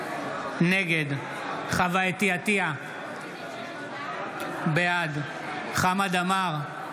נגד חוה אתי עטייה, בעד חמד עמאר,